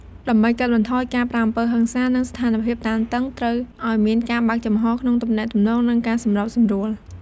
ដើម្បីកាត់បន្ថយការប្រើអំពើហិង្សា និងស្ថានភាពតានតឹង ត្រូវឲ្យមានការបើកចំហក្នុងទំនាក់ទំនង និងការសម្របសម្រួល។